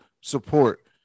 support